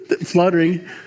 fluttering